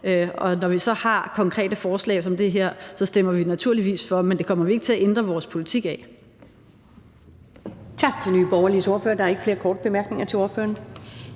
Når der så er konkrete forslag som det her, stemmer vi naturligvis for, men det betyder ikke, at vi kommer til at ændre vores politik.